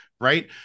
right